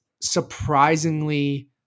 surprisingly